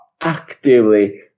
actively